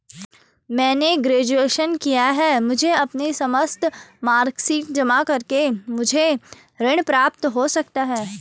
मैंने ग्रेजुएशन किया है मुझे अपनी समस्त मार्कशीट जमा करके मुझे ऋण प्राप्त हो सकता है?